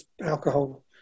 alcohol